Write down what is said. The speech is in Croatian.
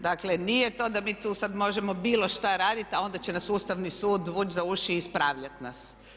Dakle, nije to da mi tu sad možemo bilo što raditi a onda će nas Ustavni sud vući za uši i ispravljati nas.